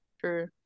True